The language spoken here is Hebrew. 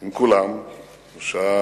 עם כולם בשעה